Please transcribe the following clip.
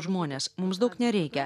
žmonės mums daug nereikia